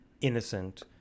innocent